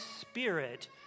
Spirit